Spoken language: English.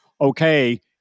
okay